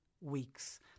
weeks